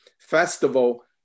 festival